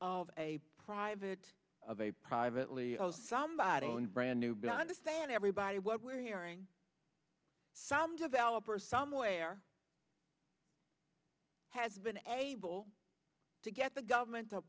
of a private of a privately somebody own brand new been understand everybody what we're hearing some developer somewhere has been able to get the government u